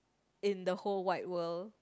in the whole wide world